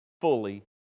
fully